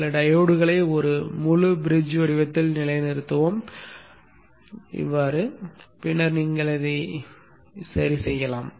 சில டையோட்களை ஒரு முழு பிரிட்ஜ் வடிவத்தில் நிலைநிறுத்துவோம் அவற்றை நிலைநிறுத்துவோம் பின்னர் நீங்கள் அதை இப்படி சரிசெய்யலாம்